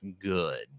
good